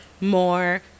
more